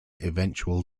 eventual